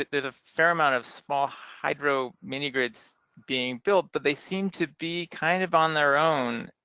there's a fair amount of small hydro mini-grids being built, but they seem to be kind of on their own.